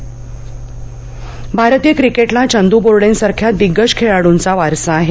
प्रकाशन भारतीय क्रिकेटला चंद्र बोर्डॅसारख्या दिग्गज खेळाडूंचा वारसा आहे